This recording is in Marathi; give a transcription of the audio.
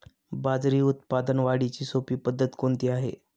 बाजरी उत्पादन वाढीची सोपी पद्धत कोणती आहे?